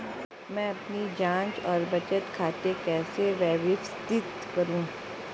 मैं अपनी जांच और बचत खाते कैसे व्यवस्थित करूँ?